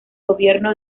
gobierno